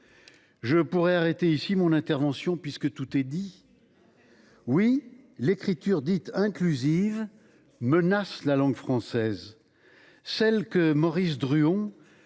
Je pourrais arrêter ici mon intervention puisque tout est dit ! Oui, l’écriture dite inclusive menace la langue française, celle que Maurice Druon